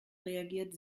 reagiert